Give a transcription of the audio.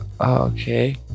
okay